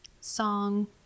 song